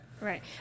right